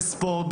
בספורט,